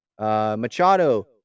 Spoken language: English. Machado